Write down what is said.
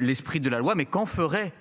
l'esprit de la loi mais qu'en ferait